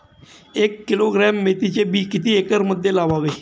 एक किलोग्रॅम मेथीचे बी किती एकरमध्ये लावावे?